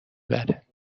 بره